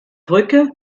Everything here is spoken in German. brücke